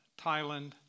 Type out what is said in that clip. Thailand